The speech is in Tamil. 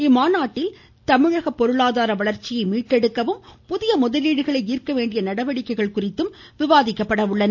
இம்மாநாட்டில் தமிழக பொருளாதார வளர்ச்சியை மீட்டெடுக்கவும் புதிய முதலீடுகளை ஈர்க்கவேண்டிய நடவடிக்கைகள் குறித்தும் விவாதிக்கப்பட உள்ளன